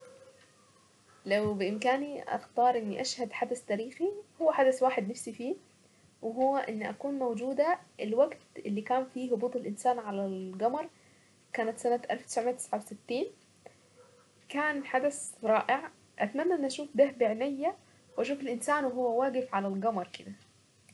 لو بامكاني اختار اني اشهد حدث تاريخي هو حدث واحد نفسي فيه، وهو اني اكون موجودة الوقت اللي كان فيه هبوط الانسان على القمر. كانت سنة الف تسعمئة تسعة وستين. كان حدث رائع. اتمنى اني اشوف ده بعنيا واشوف الانسان وهو واقف على القمر كده.